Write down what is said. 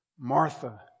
Martha